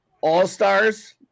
all-stars